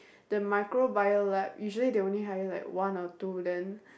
the microbio lab usually they only hire like one or two then